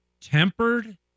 tempered